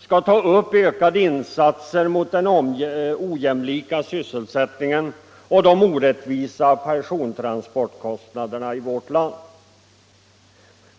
skall ta upp ökade insatser mot den ojämlika sysselsättningen och de orättvisa persontransportkostnaderna i vårt land.